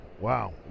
Wow